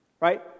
Right